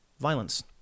violence